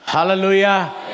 Hallelujah